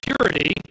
purity